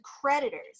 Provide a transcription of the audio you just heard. creditors